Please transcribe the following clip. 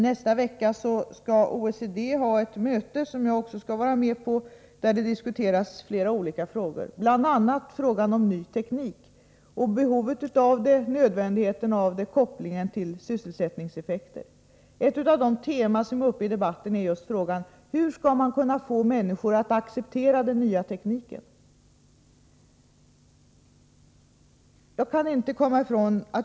Nästa vecka skall OECD ha ett möte som jag också skall vara med på, där flera olika frågor skall diskuteras, bl.a. frågan om ny teknik — behovet av den, nödvändigheten av den och kopplingen till sysselsättningseffekter. Ett av de teman som är uppe i debatten är just frågan: Hur skall man kunna få människor att acceptera den nya tekniken?